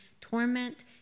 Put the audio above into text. torment